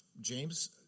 James